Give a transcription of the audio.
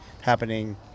happening